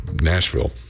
Nashville